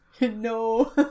No